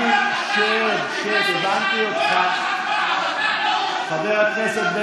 אתה לא